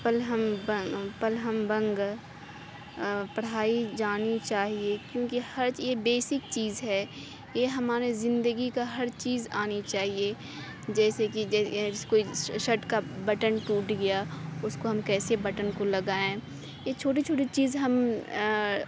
پل ہم بن پل ہم بنگہ پڑھائی جانی چاہیے کیونکہ ہر یہ بیسک چیز ہے یہ ہمارے زندگی کا ہر چیز آنی چاہیے جیسے کہ جس کوئی شرٹ کا بٹن ٹوٹ گیا اس کو ہم کیسے بٹن کو لگائیں یہ چھوٹی چھوٹی چیز ہم